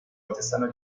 artesano